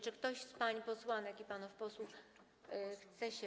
Czy ktoś z pań posłanek i panów posłów chce się.